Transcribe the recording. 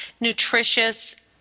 nutritious